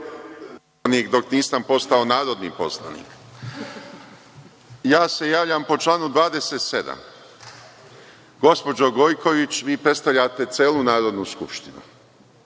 dok nisam postao narodni poslanik. Ja se javljam po članu 27. Gospođo Gojković, vi predstavljate celu Narodnu skupštinu.